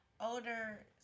older